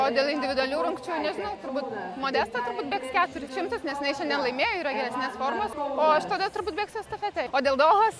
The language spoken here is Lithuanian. o dėl individualių rungčių nežinau turbūt modesta turbūt bėgs keturis šimtus nes jinai šiandien laimėjo yra geresnės formos o aš tada turbūt bėgsiu estafetėj o dėl dohos